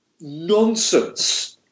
nonsense